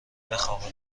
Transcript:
بخابیم